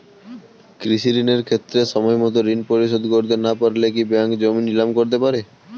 কৃষিঋণের ক্ষেত্রে সময়মত ঋণ পরিশোধ করতে না পারলে কি ব্যাঙ্ক জমি নিলাম করতে পারে?